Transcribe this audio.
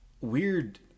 weird